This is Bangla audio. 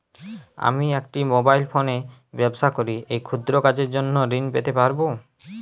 আমি একটি মোবাইল ফোনে ব্যবসা করি এই ক্ষুদ্র কাজের জন্য ঋণ পেতে পারব?